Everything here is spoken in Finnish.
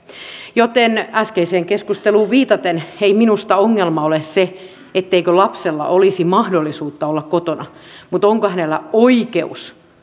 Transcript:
joten äskeiseen keskusteluun viitaten ei minusta ongelma ole se etteikö lapsella olisi mahdollisuutta olla kotona mutta onko hänellä oikeus